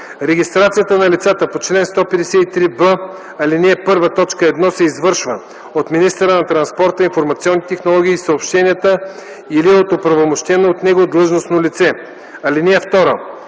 Регистрацията на лицата по чл. 153б, ал. 1, т. 1 се извършва от министъра на транспорта, информационните технологии и съобщенията или от оправомощено от него длъжностно лице. (2)